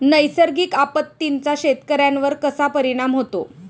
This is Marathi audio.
नैसर्गिक आपत्तींचा शेतकऱ्यांवर कसा परिणाम होतो?